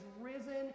risen